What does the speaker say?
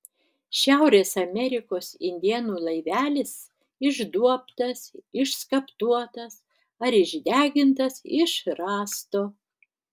šiaurės amerikos indėnų laivelis išduobtas išskaptuotas ar išdegintas iš rąsto